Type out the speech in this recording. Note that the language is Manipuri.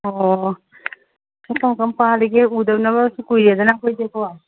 ꯑꯣ ꯍꯣ ꯀꯔꯝ ꯀꯔꯝ ꯄꯥꯜꯂꯤꯒꯦ ꯎꯅꯗꯕꯁꯨ ꯀꯨꯏꯔꯦꯗꯅ ꯑꯩꯈꯣꯏꯁꯦ ꯀꯣ